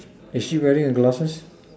is she wearing her glasses